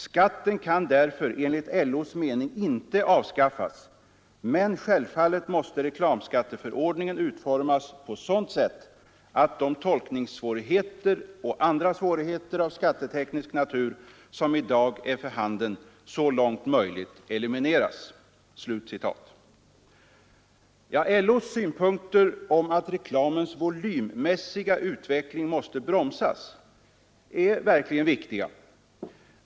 Skatten kan därför enligt LO:s mening inte avskaffas, men självfallet måste reklamskatteförordningen utformas på ett sådant sätt, att de tolkningssvårigheter och andra svårigheter av skatteteknisk natur som idag är för handen, så långt möjligt elimineras.” LO:s synpunkter på att reklamens volymmässiga utveckling måste bromsas är verkligen viktiga.